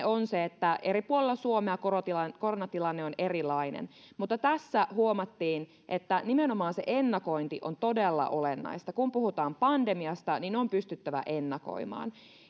on se että eri puolilla suomea koronatilanne koronatilanne on erilainen mutta tässä huomattiin että nimenomaan se ennakointi on todella olennaista kun puhutaan pandemiasta on pystyttävä ennakoimaan